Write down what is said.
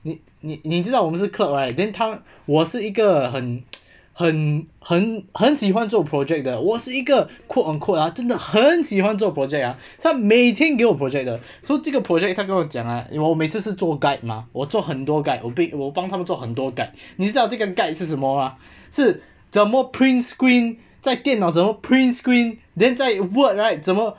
你你你知道我们是 clerk right then 他我是一个很 很很很喜欢做 project 的我是一个 quote unquote ah 真的很喜欢做 project ah 他每天给我 project 的说这个 project 他跟我讲啊因为我每次是做 guide 吗我做很多 guide or big 我帮他们做很多 guide 你知道这个 guide 是什么吗是怎么 print screen 在电脑怎么 print screen then 在 Word right 怎么